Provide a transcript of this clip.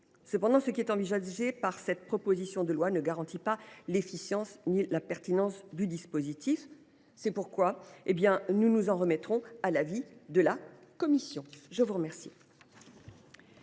Cependant, ce qui est envisagé dans le cadre de cette proposition de loi ne garantit ni l’efficacité ni la pertinence du dispositif. C’est pourquoi nous nous en remettrons à l’avis de la commission. La parole